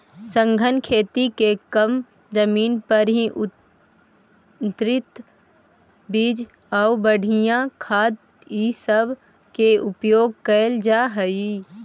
सघन खेती में कम जमीन पर ही उन्नत बीज आउ बढ़ियाँ खाद ई सब के उपयोग कयल जा हई